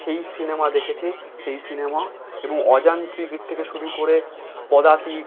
সেই সিনেমা দেখেছে সেই সিনেমা এবং অযান্ত্রিকের থেকে শুরু করে পদাতিক